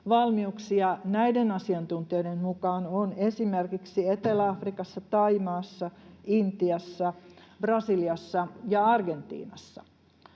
valmiuksia näiden asiantuntijoiden mukaan on esimerkiksi Etelä-Afrikassa, Thaimaassa, Intiassa, Brasiliassa ja Argentiinassa.